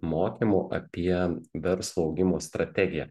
mokymų apie verslo augimo strategiją